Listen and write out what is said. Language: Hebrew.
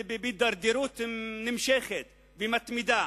בהידרדרות נמשכת, מתמדת.